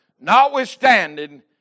Notwithstanding